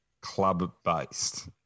club-based